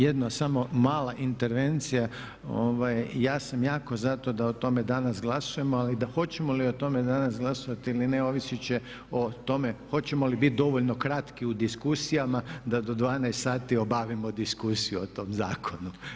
Jedna samo mala intervencija, ja sam jako za to da o tome danas glasujemo ali hoćemo li o tome danas glasovati ili ne ovisit će o tome hoćemo li biti dovoljno kratki u diskusijama da do 12 sati obavimo diskusiju o tom zakonu.